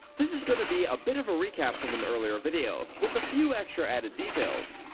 this is going to be a bit of a recap from an earlier video, with a few extra added details.